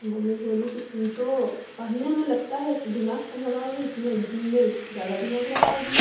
mummy बोली कि तुम तो पढ़ने में लगता है दिमाग कम लगाओगी इसमें गुण में ज़्यादा दिमाग लगाओगी